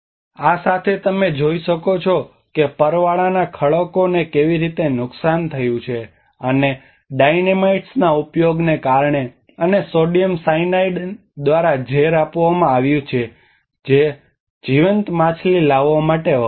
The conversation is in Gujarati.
આ સાથે તમે જોઈ શકો છો કે પરવાળાના ખડકોને કેવી રીતે નુકસાન થયું છે અને ડાયનેમાઇટ્સના ઉપયોગને કારણે અને સોડિયમ સાયનાઇડ દ્વારા ઝેર આપવામાં આવ્યું છે જે જીવંત માછલી લાવવા માટે વપરાય છે